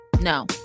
no